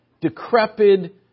decrepit